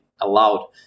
allowed